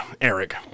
Eric